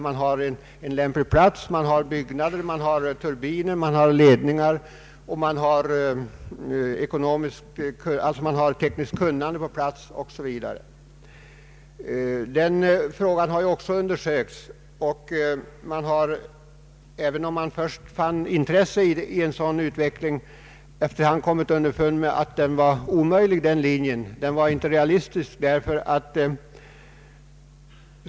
Man har en lämplig plats, byggnader, turbiner, ledningar, tekniskt kunnande på platsen osv. Den möjligheten har också undersökts, och även om man först fann intresse för en sådan utveckling har man efter hand kommit underfund med att den linjen inte var realistisk.